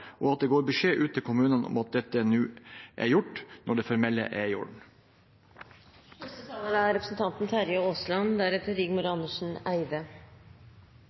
og at det går beskjed ut til kommunene om at dette nå er gjort, når det formelle er i orden. For Arbeiderpartiet sin del er